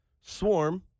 Swarm